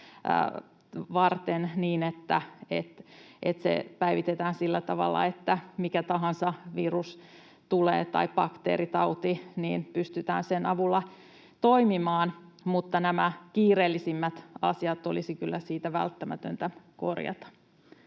uhkiakin varten sillä tavalla, että vaikka mikä tahansa virus- tai bakteeritauti tulee, niin pystytään sen avulla toimimaan. Mutta nämä kiireellisimmät asiat olisi kyllä siitä välttämätöntä korjata.